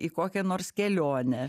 į kokią nors kelionę